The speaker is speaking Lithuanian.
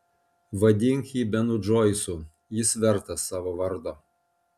vadink jį benu džoisu jis vertas savo vardo